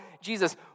Jesus